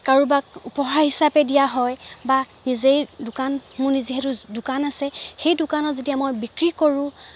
কাৰোবাক উপহাৰ হিচাপে দিয়া হয় বা নিজেই দোকান মোৰ যিহেতু দোকান আছে সেই দোকানত যেতিয়া মই বিক্ৰী কৰোঁ